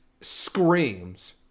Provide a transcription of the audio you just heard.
screams